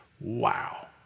Wow